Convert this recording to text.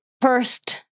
first